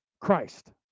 Christ